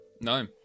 No